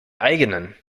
eigenen